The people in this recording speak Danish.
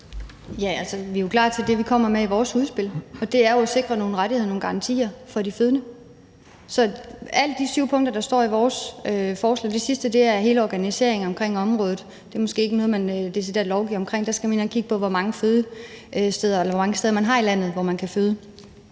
Ja, altså, vi er jo klar til det, vi kommer med i vores udspil, og det er jo at sikre nogle rettigheder og nogle garantier for de fødende. Så det er alle de syv punkter, der står i vores forslag. Det sidste punkt handler om hele organiseringen på området, og det er måske ikke noget, man decideret lovgiver om; der skal man ind at kigge på, hvor mange steder man har i landet, hvor man kan føde.